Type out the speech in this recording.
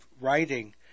writing